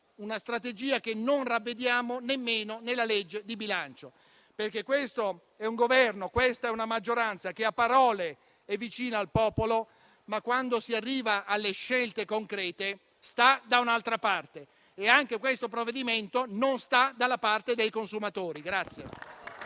di operato e che non vediamo nemmeno nella legge di bilancio, perché questi sono un Governo e una maggioranza che a parole sono vicini al popolo, ma quando si arriva alle scelte concrete stanno da un'altra parte. Neanche questo provvedimento sta dalla parte dei consumatori.